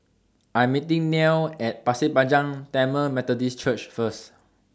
I'm meeting Nell At Pasir Panjang Tamil Methodist Church First